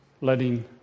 letting